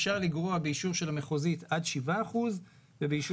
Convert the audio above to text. מהם אפשר לגרוע באישור המחוזי עד 7% ובאישור